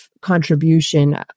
contribution